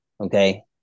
Okay